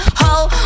whole